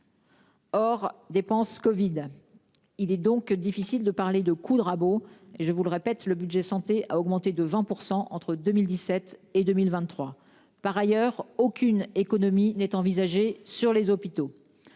Hors dépenses Covid. Il est donc difficile de parler de coup de rabot et je vous le répète le budget santé a augmenté de 20% entre 2017 et 2023. Par ailleurs, aucune économie n'est envisagée sur les hôpitaux.